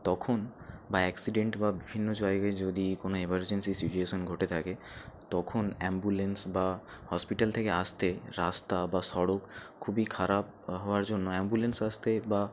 তখন বা অ্যাক্সিডেন্ট বা বিভিন্ন জায়গায় যদি কোনও এমার্জেন্সি সিচুয়েশন ঘটে থাকে তখন অ্যাম্বুলেন্স বা হসপিটাল থেকে আসতে রাস্তা বা সড়ক খুবই খারাপ হওয়ার জন্য অ্যাম্বুলেন্স আসতে বা